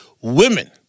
women